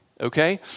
okay